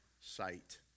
sight